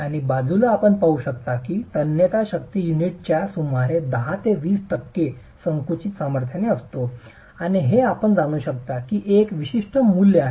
आणि बाजूला आपण पाहू शकता की तन्यता शक्ती युनिटच्या सुमारे 10 ते 20 टक्के संकुचित सामर्थ्याने असते आणि हे आपण जाणू शकता की एक विशिष्ट मूल्य आहे